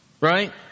right